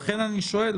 לכן אני שואל.